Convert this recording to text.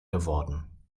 geworden